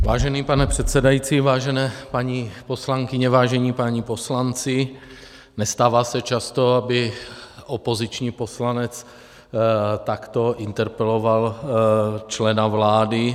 Vážený pane předsedající, vážené paní poslankyně, vážení páni poslanci, nestává se často, aby opoziční poslanec takto interpeloval člena vlády.